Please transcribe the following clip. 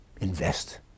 invest